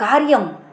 कार्यं